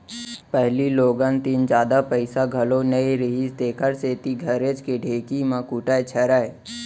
पहिली लोगन तीन जादा पइसा घलौ नइ रहिस तेकर सेती घरेच के ढेंकी म कूटय छरय